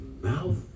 mouth